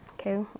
Okay